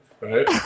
right